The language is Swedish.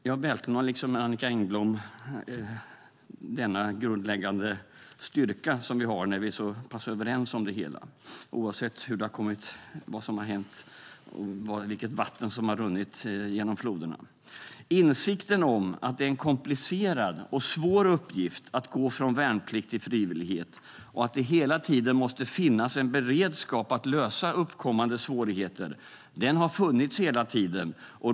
Jag välkomnar, liksom Annicka Engblom, styrkan i att vi är så pass överens om det hela, oavsett hur mycket vatten som har runnit under broarna. Insikten om att det är en komplicerad och svår uppgift att gå från värnplikt till frivillighet och att det hela tiden måste finnas en beredskap att lösa uppkommande svårigheter har funnits hela tiden.